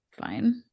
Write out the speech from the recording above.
fine